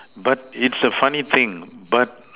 but it's a funny thing